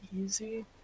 easy